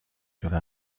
شده